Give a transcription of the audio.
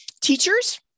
teachers